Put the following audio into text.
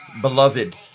beloved